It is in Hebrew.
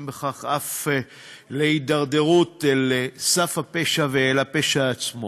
בכך אף להידרדרות לסף הפשע ולפשע עצמו.